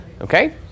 Okay